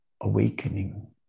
awakening